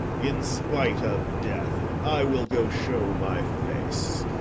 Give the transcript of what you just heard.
in spite of death, i will go shew my face.